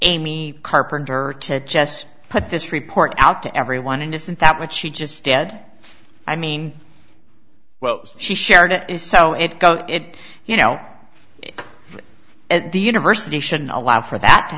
amy carpenter to just put this report out to everyone and isn't that what she just dead i mean well she shared it is so it goes it you know at the university shouldn't allow for that to